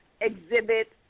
exhibit